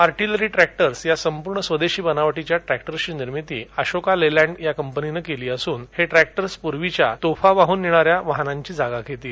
artillery tractors या संपूर्ण स्वदेशी बनावटीच्या ट्रॅक्टर्सची निर्मिती अशोका लेलॅण्ड या कंपनीनं केली असून हे ट्रॅक्टर्स प्र्वीच्या तोफा वाहन नेणाऱ्या वाहनांची जागा घेतील